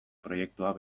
proiektua